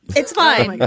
it's fine,